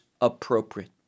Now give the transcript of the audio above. appropriate